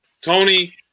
Tony